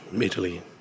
Italy